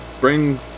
bring